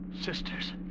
Sisters